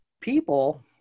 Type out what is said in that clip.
people